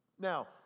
Now